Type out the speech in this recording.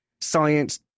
science